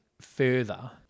further